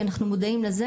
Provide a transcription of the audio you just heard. כי אנחנו מודעים לזה